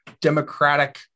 democratic